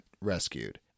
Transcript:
rescued